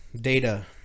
Data